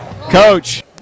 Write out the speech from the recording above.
Coach